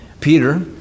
Peter